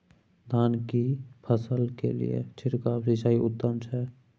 धान की फसल के लिये छिरकाव सिंचाई उत्तम छै?